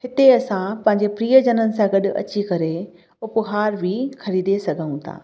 हिते असां पंहिंजे प्रियजननि सां गॾु अची करे उपहार बि ख़रीदे सघूं था